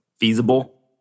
feasible